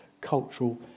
cultural